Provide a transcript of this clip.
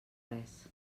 res